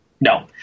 no